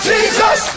Jesus